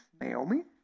Naomi